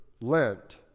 Lent